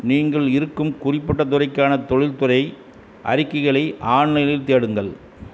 நீங்கள் இருக்கும் குறிப்பிட்ட துறைக்கான தொழில்துறை அறிக்கைகளை ஆன்லைனில் தேடுங்கள்